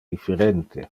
differente